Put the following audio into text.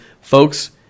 Folks